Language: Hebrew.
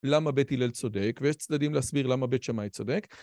למה בית הלל צודק ויש צדדים להסביר למה בית שמאי צודק.